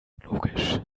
logisch